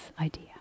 idea